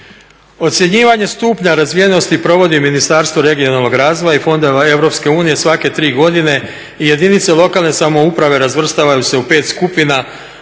Ocjenjivanje stupnja razvijenosti provodi Ministarstvo regionalnog razvoja i fondova Europske unije svake tri godine i jedinice lokalne samouprave razvrstavaju se u pet skupina,